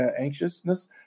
anxiousness